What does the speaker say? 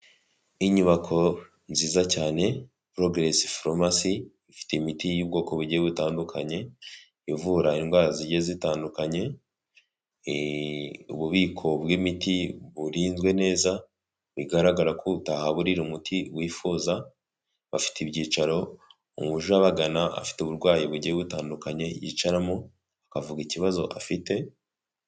Inyubako nziza cyane porogeresi farumasi ifite imiti y'ubwoko bugiye butandukanye ivura indwara zigiye zitandukanye ububiko bw'imiti burinzwe neza bigaragara ko utahaburira umuti wifuza bafite ibyicaro uje abagana afite uburwayi bugiye butandukanye yicaramo akavuga ikibazo afite.